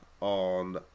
on